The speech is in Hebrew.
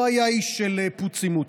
הוא לא היה איש של פוצי-מוצי.